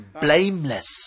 blameless